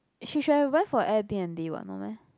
she should have went for Air B_N_B [what] no meh